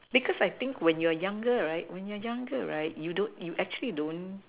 because I think when you are younger right when you are younger right you don't you actually don't